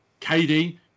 KD